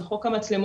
של חוק המצלמות,